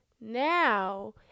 Now